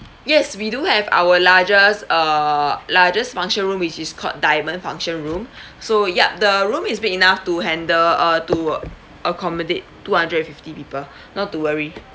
yes we do have our largest err largest function room which is called diamond function room so yup the room is big enough to handle uh to accommodate two hundred and fifty people not to worry